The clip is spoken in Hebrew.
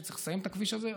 שצריך לסיים את הכביש הזה,